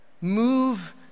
move